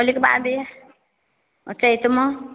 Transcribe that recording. होलीके बादे चैतमे